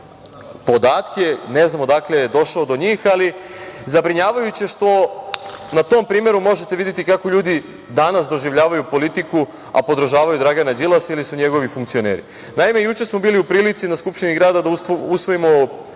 ne znam odakle je došlo do njih, ali zabrinjavajuće je što na tom primeru možete videti kako ljudi danas doživljavaju politiku, a podržavaju Dragana Đilasa ili su njegovi funkcioneri. Naime, juče smo bili u prilici na Skupštini grada da usvojimo